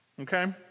Okay